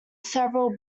several